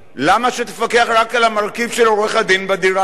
למה שתפקח רק על המרכיב של עורך-הדין בדירה?